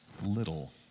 Little